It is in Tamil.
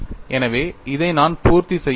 எனவே இதை நான் பூர்த்தி செய்ய வேண்டும்